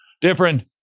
different